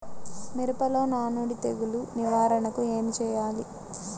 మిరపలో నానుడి తెగులు నివారణకు ఏమి చేయాలి?